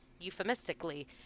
euphemistically